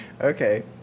Okay